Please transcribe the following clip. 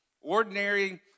Ordinary